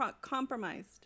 compromised